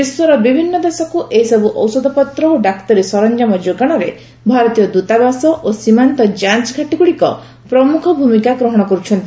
ବିଶ୍ୱର ବିଭିନ୍ନ ଦେଶକ୍ତ ଏହିସବୂ ଔଷଧପତ୍ର ଓ ଡାକ୍ତରୀ ସରଞ୍ଜାମ ଯୋଗାଣରେ ଭାରତୀୟ ଦୃତାବାସ ଓ ସୀମାନ୍ତ ଯାଞ୍ଚଘାଟୀଗୁଡ଼ିକ ପ୍ରମୁଖ ଭୂମିକା ଗ୍ରହଣ କରୁଛନ୍ତି